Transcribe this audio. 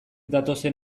datozen